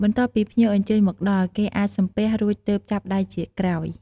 បន្ទាប់ពីភ្ញៀវអញ្ចើញមកដល់គេអាចសំពះរួចទើបចាប់ដៃជាក្រោយ។